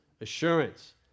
assurance